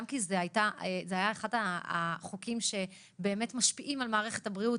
גם כי היה אחד החוקים שבאמת משפיעים על מערכת הבריאות